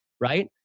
Right